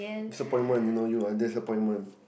disappointment you know you are disappointment